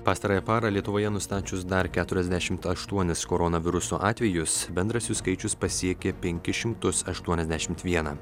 pastarąją parą lietuvoje nustačius dar keturiasdešimt aštuonis koronaviruso atvejus bendras jų skaičius pasiekė penkis šimtus aštuoniasdešimt vieną